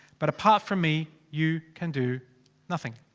but apart from me, you can do nothing.